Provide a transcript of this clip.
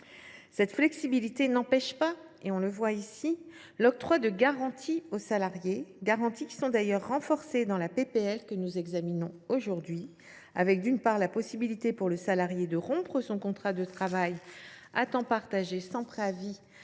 Cette flexibilité n’empêche pas, on le voit ici, l’octroi aux salariés de garanties, qui sont d’ailleurs renforcées dans la proposition de loi que nous examinons aujourd’hui, avec, d’une part, la possibilité pour le salarié de rompre son contrat de travail à temps partagé sans préavis